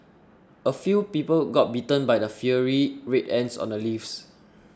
a few people got bitten by the fiery Red Ants on the leaves